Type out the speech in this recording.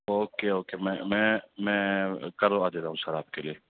okay okay میں میں میں کروا دے رہا ہوں سر آپ کے لیے